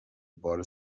بار